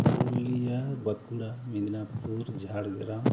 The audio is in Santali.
ᱯᱩᱨᱩᱞᱤᱭᱟᱹ ᱵᱟᱸᱠᱩᱲᱟ ᱢᱤᱫᱽᱱᱟᱯᱩᱨ ᱡᱷᱟᱲᱜᱨᱟᱢ